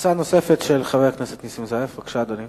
הצעה נוספת של חבר הכנסת נסים זאב, בבקשה, אדוני.